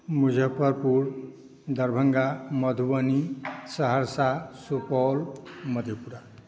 Muzaffarpur Darbhanga Madhubani Saharsa Supaul Madhepura